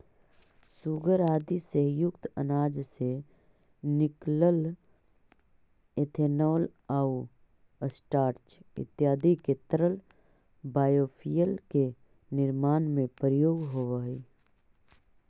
सूगर आदि से युक्त अनाज से निकलल इथेनॉल आउ स्टार्च इत्यादि के तरल बायोफ्यूल के निर्माण में प्रयोग होवऽ हई